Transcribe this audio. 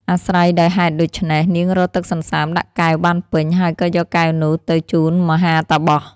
អាស្រ័យដោយហេតុដូច្នេះ នាងរកទឹកសន្សើមដាក់កែវបានពេញ ហើយក៏យកកែវនោះទៅជូនមហាតាបស។